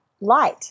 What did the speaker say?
light